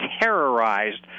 terrorized